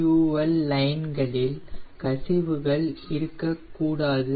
fuel line களில் கசிவுகள் இருக்க கூடாது